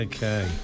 Okay